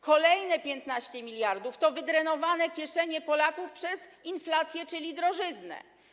Kolejne 15 mld to wydrenowane kieszenie Polaków przez inflację, czyli drożyznę.